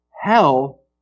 hell